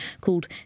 called